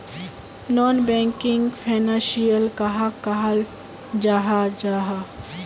Non banking financial कहाक कहाल जाहा जाहा?